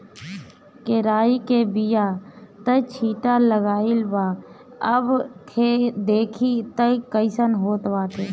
केराई के बिया त छीटा गइल बा अब देखि तअ कइसन होत बाटे